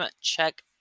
check